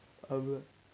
idea